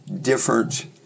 different